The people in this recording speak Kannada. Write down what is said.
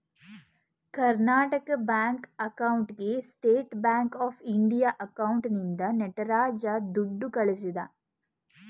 ಕರ್ನಾಟಕ ಬ್ಯಾಂಕ್ ಅಕೌಂಟ್ಗೆ ಸ್ಟೇಟ್ ಬ್ಯಾಂಕ್ ಆಫ್ ಇಂಡಿಯಾ ಅಕೌಂಟ್ನಿಂದ ನಟರಾಜ ದುಡ್ಡು ಕಳಿಸಿದ